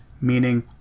meaning